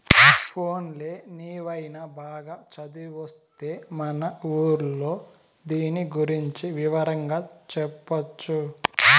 పోన్లే నీవైన బాగా చదివొత్తే మన ఊర్లో దీని గురించి వివరంగా చెప్పొచ్చు